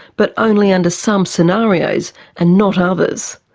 but only under some scenarios and not others.